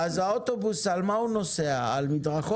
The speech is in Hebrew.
אז אוטובוס על מה הוא נוסע, על מדרכות?